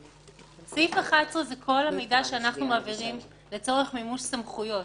סעיף 11 זה כל המידע שאנחנו מעבירים לצורך מימוש סמכויות.